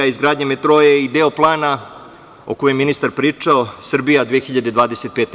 Izgradnja metroa je i deo plana o kojem je ministar pričao „Srbija 2025“